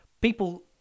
People